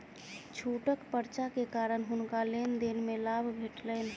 छूटक पर्चा के कारण हुनका लेन देन में लाभ भेटलैन